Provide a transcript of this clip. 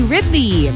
Ridley